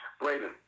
Braden